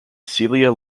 celia